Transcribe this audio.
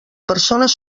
persones